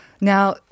Now